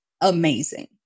amazing